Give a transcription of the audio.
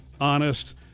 honest